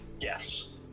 Yes